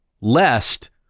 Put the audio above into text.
Lest